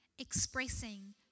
expressing